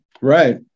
right